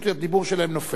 חבר הכנסת ברכה,